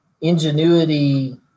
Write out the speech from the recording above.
Ingenuity